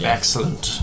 Excellent